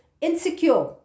insecure